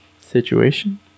situation